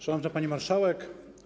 Szanowna Pani Marszałek!